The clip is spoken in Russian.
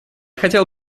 хотел